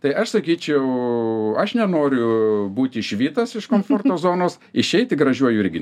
tai aš sakyčiau aš nenoriu būti išvytas iš komforto zonos išeiti gražiuoju irgi